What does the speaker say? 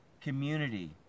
community